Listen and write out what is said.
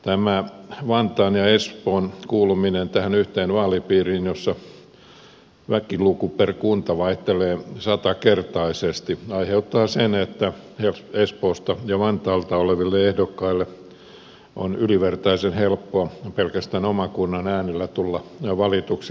tämä vantaan ja espoon kuuluminen tähän yhteen vaalipiiriin jossa väkiluku per kunta vaihtelee satakertaisesti aiheuttaa sen että espoosta ja vantaalta oleville ehdokkaille on ylivertaisen helppoa pelkästään oman kunnan äänillä tulla valituksi kansanedustajaksi